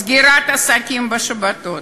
סגירת עסקים בשבתות.